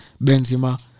Benzema